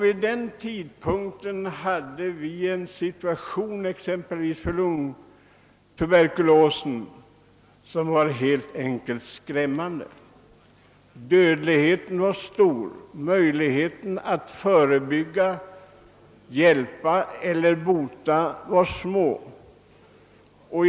Vid den tidpunkten var situationen exempelvis beträffande lungtuberkulos helt enkelt skrämmande. Dödligheten var stor, och möjligheterna att förebygga, hjälpa och bota var små.